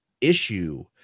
issue